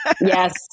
Yes